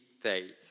faith